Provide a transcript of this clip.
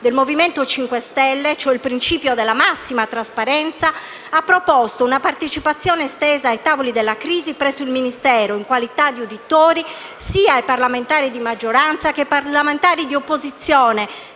del MoVimento 5 stelle, ovvero il principio della massima trasparenza, ha proposto una partecipazione estesa ai tavoli di crisi presso il Ministero, in qualità di uditori, sia ai parlamentari di maggioranza sia ai parlamentari di opposizione